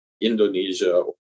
Indonesia